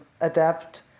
adapt